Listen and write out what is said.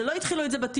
לא התחילו את זה בטיול,